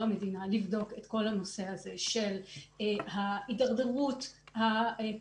המדינה לבדוק את כל הנושא הזה של ההידרדרות הקוגניטיבית,